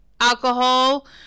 alcohol